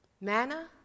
manna